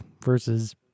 versus